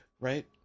right